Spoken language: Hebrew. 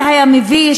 זה היה מביש,